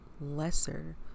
lesser